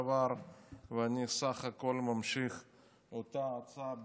ואני בסך הכול ממשיך את אותה הצעה בדיוק.